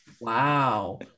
Wow